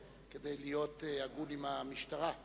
כדי להיות הגון עם המשטרה: